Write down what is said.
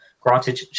granted